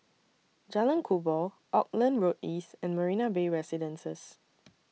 Jalan Kubor Auckland Road East and Marina Bay Residences